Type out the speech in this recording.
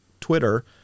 Twitter